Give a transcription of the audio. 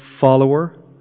follower